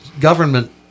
government